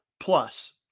Plus